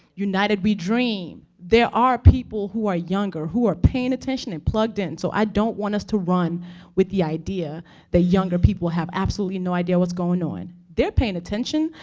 united we dream, there are people who are younger, who are paying attention and plugged in. so i don't want us to run with the idea that younger people have absolutely no idea what's going on. they're paying attention.